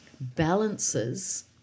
balances